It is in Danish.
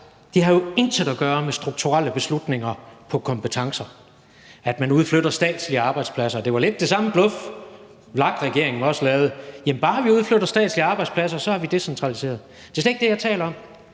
det har jo intet at gøre med strukturelle beslutninger i forhold til kompetencer, at man udflytter statslige arbejdspladser. Det var lidt det samme bluff, VLAK-regeringen også lavede, hvor man sagde: Jamen bare vi udflytter statslige arbejdspladser, har vi decentraliseret. Det er slet ikke det, jeg taler om.